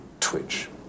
twitch